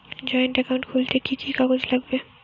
Joint account খুলতে কি কি কাগজ লাগবে?